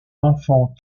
enfant